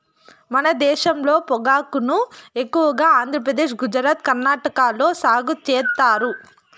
మన దేశంలో పొగాకును ఎక్కువగా ఆంధ్రప్రదేశ్, గుజరాత్, కర్ణాటక లో సాగు చేత్తారు